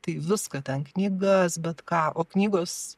tai viską ten knygas bet ką o knygos